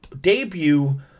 debut